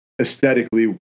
aesthetically